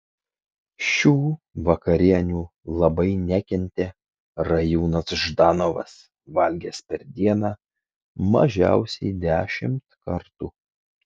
šių vakarienių labai nekentė rajūnas ždanovas valgęs per dieną mažiausiai dešimt kartų